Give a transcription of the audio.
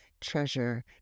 Treasure